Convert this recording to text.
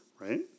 right